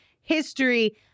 history